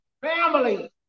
family